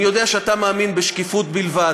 אני יודע שאתה מאמין בשקיפות בלבד,